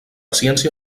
ciència